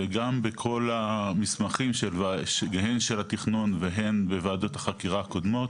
וגם בכל המסמכים הן של התכנון והן בוועדות החקירה הקודמות